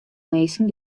minsken